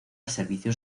servicios